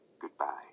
goodbye